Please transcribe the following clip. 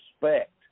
respect